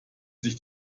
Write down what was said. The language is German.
sich